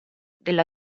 della